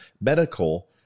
medical